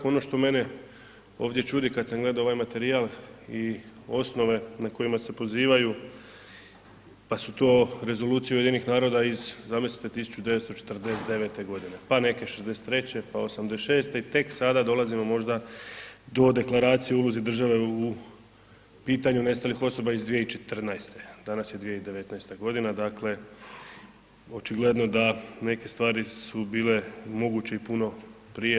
Ono što mene ovdje čudi kad sam gledo ovaj materijal i osnove na kojima se pozivaju pa su to Rezolucije UN-a iz zamislite 1949. godine, pa neke '63., pa '86. i tek sada dolazimo možda do deklaracije o ulozi države u pitanju nestalih osoba iz 2014., a danas je 2019. godina dakle očigledno da neke stvari su bile moguće i puno prije.